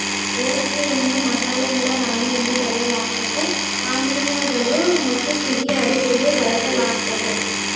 ಏಲಕ್ಕಿಯನ್ನು ಮಸಾಲೆಗಳ ರಾಣಿ ಎಂದು ಕರೆಯಲಾಗ್ತತೆ ಪಾನೀಯಗಳು ಮತ್ತುಸಿಹಿ ಅಡುಗೆಗೆ ಬಳಸಲಾಗ್ತತೆ